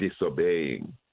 disobeying